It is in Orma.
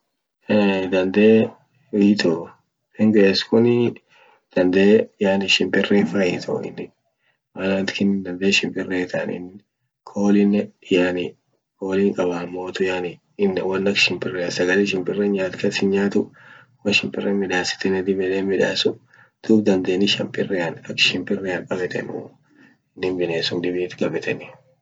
Dandee hiitoo dandee yani shimpirefa hiito inin maana shimpire hiitane inin qolinen yani qol hin qaba amotu yani in won ak shimpirea sagale shimpire nyaat kas hin nyaatu. won shimpire midasit inin dib yede hinmidasu duub dandee shimpirean ak shimpirean qabetanu inin binesum dibit qabetani.